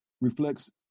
reflects